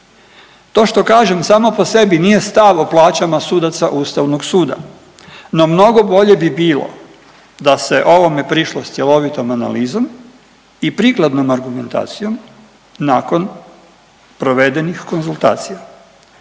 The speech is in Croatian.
To što kažem samo po sebi nije stav o plaćama sudaca Ustavnog suda no mnogo bolje bi bilo da se ovome prišlo s cjelovitom analizom i prikladnom argumentacijom nakon provedenih konzultacija.